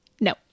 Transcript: No